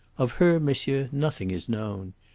of her, monsieur, nothing is known.